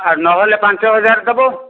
ଆଉ ନହେଲେ ପାଞ୍ଚ ହଜାର ଦେବ